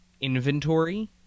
inventory